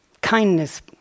kindness